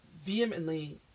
vehemently